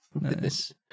Nice